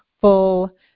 full